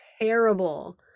terrible